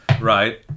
right